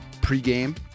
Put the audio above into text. pregame